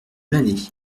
l’année